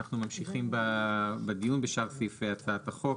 אנחנו ממשיכים בדיון בשאר סעיפי הצעת החוק.